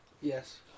Yes